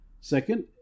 Second